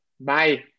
Bye